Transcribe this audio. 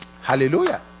hallelujah